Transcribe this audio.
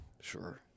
sure